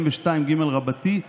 תודה